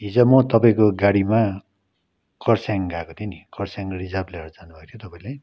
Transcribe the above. हिजो म तपाईँको गाडीमा खरसाङ गएको थिएँ नि खरसाङ रिजार्भ लिएर जानु भएको थियो तपाईँले